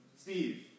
Steve